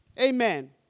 Amen